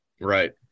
Right